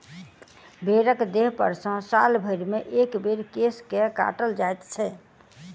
भेंड़क देहपर सॅ साल भरिमे एक बेर केश के काटल जाइत छै